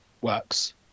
works